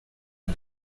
est